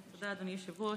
תודה, אדוני היושב-ראש.